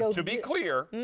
so to be clear,